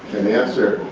and the answer,